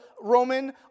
Roman